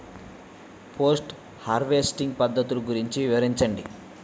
Post harvesting పద్ధతులు గురించి వివరించండి?